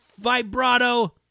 vibrato